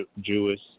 Jewish